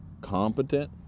competent